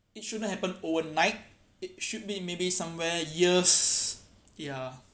it shouldn't happen overnight it should be maybe somewhere years ya